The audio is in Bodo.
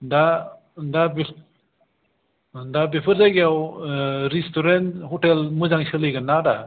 दा दा बेसे दा बेफोर जायगायाव रेस्टुरेन्ट हटेल मोजां सोलिगोनना आदा